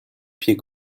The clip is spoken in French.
pied